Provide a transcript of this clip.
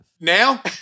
Now